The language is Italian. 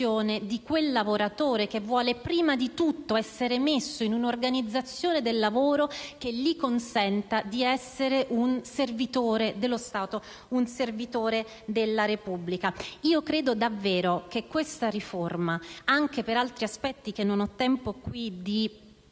di quel lavoratore che, prima di tutto, vuole essere inserito in un'organizzazione del lavoro che gli consenta di essere un servitore dello Stato, un servitore della Repubblica. Credo davvero che questa riforma, anche per altri aspetti che non ho tempo di discutere